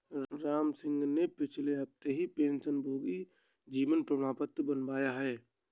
रामसिंह ने पिछले हफ्ते ही पेंशनभोगी जीवन प्रमाण पत्र बनवाया है